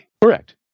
Correct